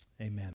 Amen